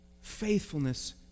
Faithfulness